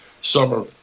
summer